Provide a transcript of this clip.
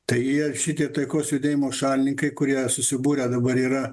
tai jie šitie taikos judėjimo šalininkai kurie susibūrę dabar yra